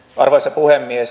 arvoisa puhemies